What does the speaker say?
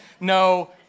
no